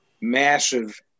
massive